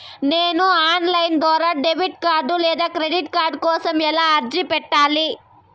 నేను online ద్వారా debit card లేదా క్రెడిట్ కార్డు కోసం ఎలా అర్జీ పెట్టాలి?